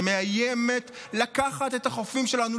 שמאיימת לקחת את החופים שלנו,